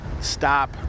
stop